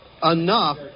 enough